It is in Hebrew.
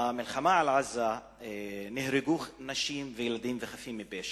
במלחמה על עזה נהרגו נשים, ילדים וחפים מפשע.